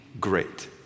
great